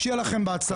שיהיה לכם בהצלחה.